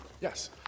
yes